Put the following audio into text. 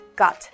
got